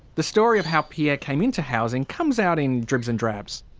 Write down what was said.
the story of how pierre came into housing comes out in dribs and drabs.